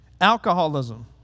Alcoholism